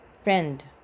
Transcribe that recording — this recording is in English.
friend